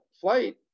flight